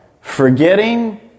Forgetting